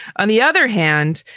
on the other hand,